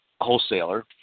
wholesaler